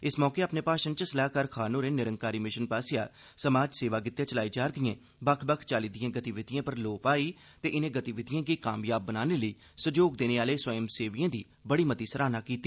इस मौके अपने सबोधने च सलाहकार खान होरें निरंकारी मिशन आस्सेआ समाज सेवा लेई चलाई जा'रदिएं बक्ख बक्ख चाल्ली दिएं गतिविधिएं पर लोह पाई ते इनें गतिविधिएं गी कामयाब बनाने लेई सैहयोग देने आले स्वयंसेविए दी बड़ी मती सराहना कीती